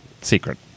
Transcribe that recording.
Secret